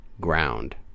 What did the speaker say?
Ground